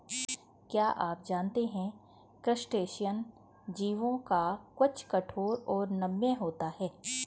क्या आप जानते है क्रस्टेशियन जीवों का कवच कठोर तथा नम्य होता है?